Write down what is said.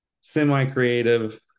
semi-creative